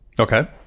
Okay